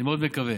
אני מאוד מקווה.